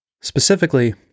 specifically